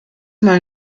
mal